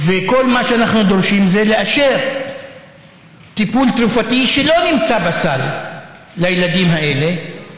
וכל מה שאנחנו דורשים זה לאשר טיפול תרופתי שלא נמצא בסל לילדים האלה.